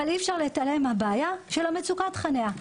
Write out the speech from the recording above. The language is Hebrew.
אבל אי אפשר להתעלם מבעיית מצוקת החניה.